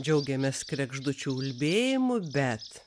džiaugiamės kregždučių ulbėjimu bet